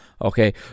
okay